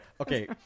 okay